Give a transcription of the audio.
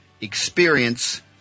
experience